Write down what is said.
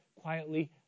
quietly